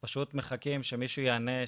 פשוט מחכים שמישהו יענה,